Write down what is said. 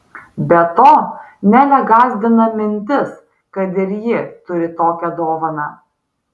be to nelę gąsdina mintis kad ir ji turi tokią dovaną